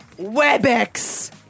WebEx